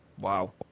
Wow